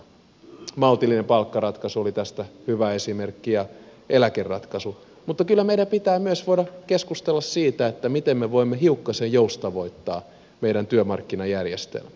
maltillinen palkkaratkaisu oli tästä hyvä esimerkki ja eläkeratkaisu mutta kyllä meidän pitää myös voida keskustella siitä miten me voimme hiukkasen joustavoittaa meidän työmarkkinajärjestelmäämme